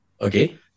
Okay